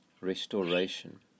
restoration